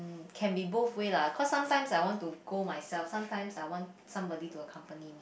can be both way lah cause sometimes I want to go myself sometimes I want somebody to accompany